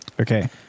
okay